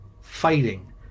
fighting